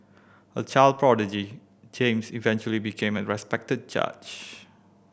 a child prodigy James eventually became a respected judge